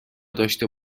داشته